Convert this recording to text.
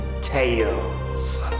tales